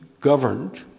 governed